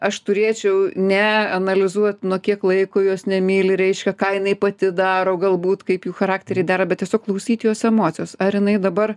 aš turėčiau ne analizuot nuo kiek laiko jos nemyli reiškia ką jinai pati daro galbūt kaip jų charakteriai dera bet tiesiog klausyt jos emocijos ar jinai dabar